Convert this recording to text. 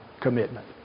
commitment